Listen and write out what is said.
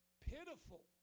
pitiful